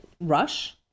rush